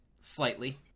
slightly